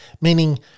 meaning